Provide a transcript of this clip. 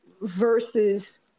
versus